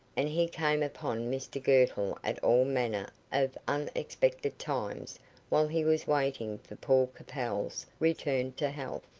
and he came upon mr girtle at all manner of unexpected times while he was waiting for paul capel's return to health,